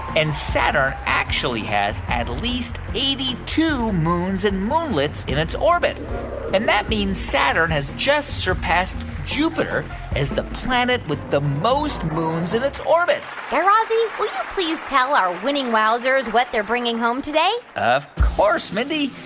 and saturn actually has at least eighty two moons and moonlets in its orbit ooh and that means saturn has just surpassed jupiter as the planet with the most moons in its orbit guy razzie, will you please tell our winning wowzers what they're bringing home today? of course, mindy.